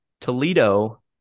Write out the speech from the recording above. Toledo